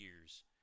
years